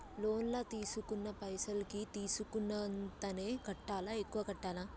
Loan లా తీస్కున్న పైసల్ కి తీస్కున్నంతనే కట్టాలా? ఎక్కువ కట్టాలా?